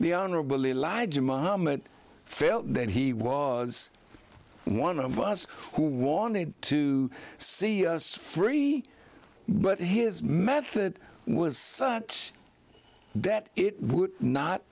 honorable elijah muhammad felt that he was one of us who wanted to see us free but his method was such that it would not